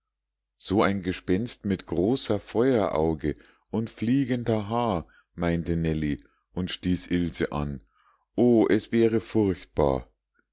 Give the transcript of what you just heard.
so ein gespenst mit großer feuerauge und fliegender haar meinte nellie und stieß ilse an o es wäre furchtbar